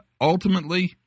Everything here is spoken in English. ultimately